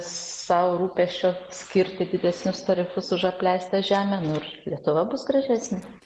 sau rūpesčio skirti didesnius tarifus už apleistą žemę nu ir lietuva bus gražesnė